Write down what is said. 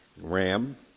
Ram